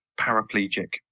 paraplegic